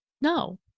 No